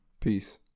Peace